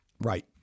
Right